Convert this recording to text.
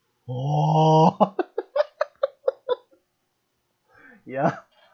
!whoa! yeah